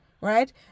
Right